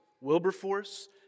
Wilberforce